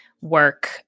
work